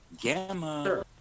gamma